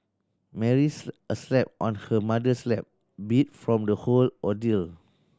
Mary asleep on her mother's lap beat from the whole ordeal